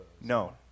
No